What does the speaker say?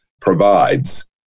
provides